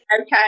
okay